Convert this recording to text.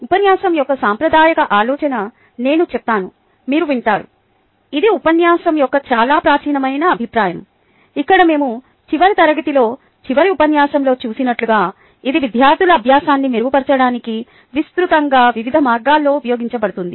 ఉపన్యాసం యొక్క సాంప్రదాయిక ఆలోచన నేను చెప్తాను మీరు వింటారు ఇది ఉపన్యాసం యొక్క చాలా ప్రాచీనమైన అభిప్రాయం ఇక్కడ మేము చివరి తరగతిలో చివరి ఉపన్యాసంలో చూసినట్లుగా ఇది విద్యార్థుల అభ్యాసాన్ని మెరుగుపరచడానికి విస్తృతంగా వివిధ మార్గాల్లో ఉపయోగించబడుతుంది